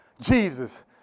Jesus